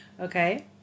Okay